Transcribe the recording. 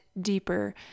deeper